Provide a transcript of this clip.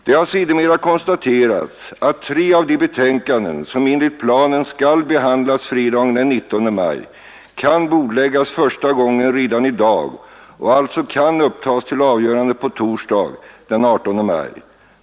: Det har sedermera konstaterats att tre av de betänkanden, som enligt planen skall behandlas fredagen den 19 maj, kan bordläggas första gången redan i dag och alltså kan upptas till avgörande på torsdag, den 18 maj.